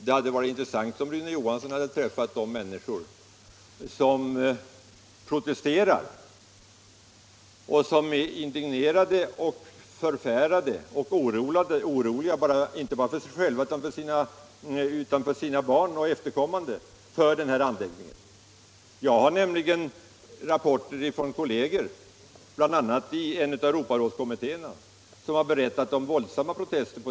Det hade varit intressant om Rune Johansson hade träffat de människor som protesterar, som är indignerade, förfärade och oroliga inte bara för sig själva utan för sina barn och efterkommande för den här anläggningens skull. Jag har rapporter från kolleger, bl.a. i Europarådskommittéerna, som berättat om våldsamma protester.